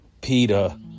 Peter